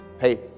Hey